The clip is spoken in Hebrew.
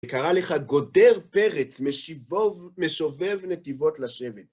קראה לך גודר פרץ, משובב נתיבות לשבת.